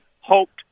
hoped